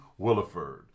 Williford